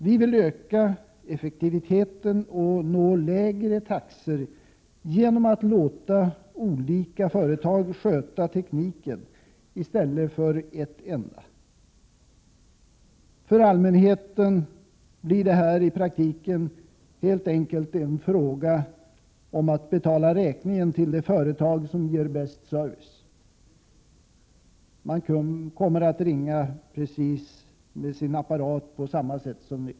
Vi vill öka effektiviteten och nå lägre taxor genom att låta olika företag sköta tekniken i stället för ett enda. För allmänheten blir detta i praktiken helt enkelt en fråga om att betala räkningen till det företag som ger bäst service. Man ringer fortfarande med samma apparat och på samma sätt som nu.